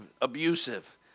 abusive